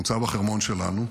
מוצב החרמון שלנו.